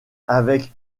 avec